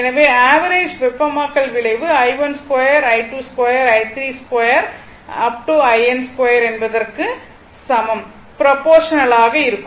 எனவே ஆவரேஜ் வெப்பமாக்கல் விளைவு i12 i22 i32 in2 n என்பதற்க்கு ப்ரோபோர்ஷனல் ஆக இருக்கும்